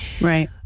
Right